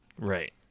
Right